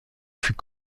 fut